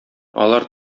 алар